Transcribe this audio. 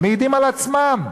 מעידים על עצמם.